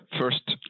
first